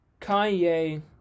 Kanye